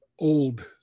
old